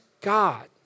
God